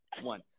one